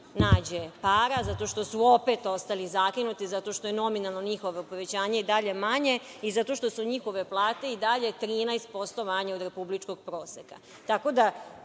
nađe para, zato što su opet ostali zakinuti, zato što je nominalno njihovo povećanje i dalje manje, i zato što su njihove plate i dalje 13% manje od republičkog proseka.